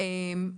נכון.